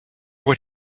what